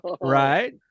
Right